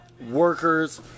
workers